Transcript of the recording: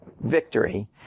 victory